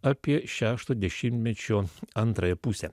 apie šešto dešimtmečio antrąją pusę